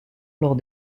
lors